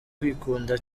kwikunda